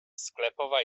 sklepowa